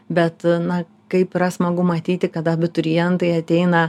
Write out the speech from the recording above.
bet na kaip yra smagu matyti kad abiturientai ateina